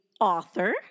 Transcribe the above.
author